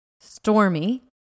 Stormy